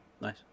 Nice